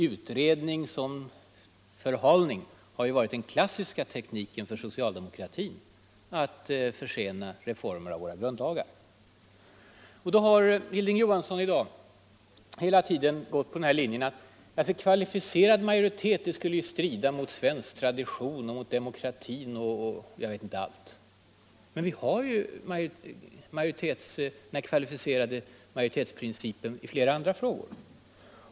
Utredning som förhalning har varit den klassiska tekniken för socialdemokratin att försena reformer av våra grundlagar. Hilding Johansson har i dag hela tiden gått på linjen att kvalificerad majoritet skulle strida mot svensk tradition, mot demokratin och jag vet inte allt. Den kvalificerade majoritetsprincipen finns ju i flera andra frågor.